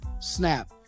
snap